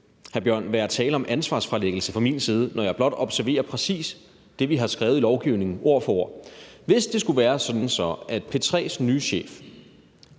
Bjørn, være tale om ansvarsfralæggelse fra min side, når jeg blot observerer præcis det, vi har skrevet i lovgivningen, ord for ord. Hvis det skulle være sådan, at P3's nye chef